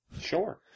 Sure